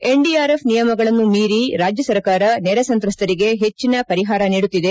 NDRF ನಿಯಮಗಳನ್ನು ಮೀರಿ ರಾಜ್ಜ ಸರ್ಕಾರ ನೆರೆ ಸಂತ್ರಸ್ತರಿಗೆ ಹೆಚ್ಚಿನ ಪರಿಹಾರ ನೀಡುತ್ತಿದೆ